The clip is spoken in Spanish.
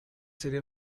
serie